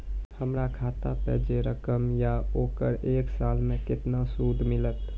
हमर खाता पे जे रकम या ओकर एक साल मे केतना सूद मिलत?